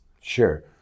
Sure